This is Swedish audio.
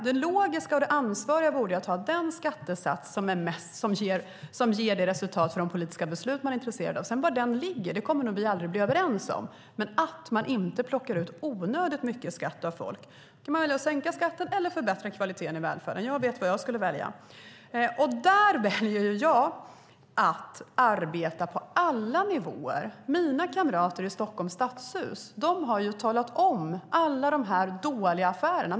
Det logiska och det ansvariga vore att ha den skattesats som ger de resultat som man är intresserad av att de politiska besluten ska ge. Var den skattesatsen sedan ligger kommer vi nog aldrig att bli överens om, men man ska inte plocka ut onödigt mycket skatt av folk. Ska man välja att sänka skatten eller förbättra kvaliteten i välfärden? Jag vet vad jag skulle välja. Jag väljer att arbeta på alla nivåer. Mina kamrater i Stockholms stadshus har talat om alla de dåliga affärerna.